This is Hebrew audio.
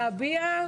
ולהביע.